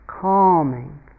calming